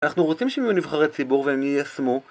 אנחנו רוצים שהם יהיו נבחרי ציבור והם יישמו